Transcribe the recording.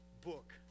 book